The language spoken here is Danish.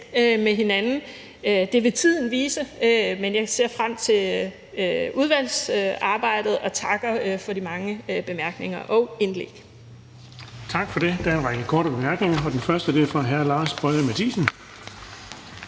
med hinanden igen. Det vil tiden vise. Men jeg ser frem til udvalgsarbejdet og takker for de mange bemærkninger og indlæg.